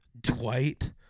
Dwight